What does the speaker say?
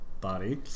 body